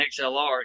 XLR